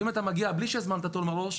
ואם אתה מגיע בלי שהזמנת תור מראש,